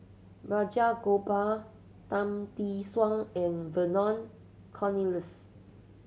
Balraj Gopal Tan Tee Suan and Vernon Cornelius